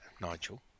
Nigel